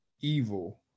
evil